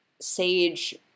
Sage